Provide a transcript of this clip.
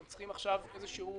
הם צריכים עכשיו איזשהו